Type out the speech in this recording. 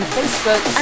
Facebook